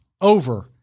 over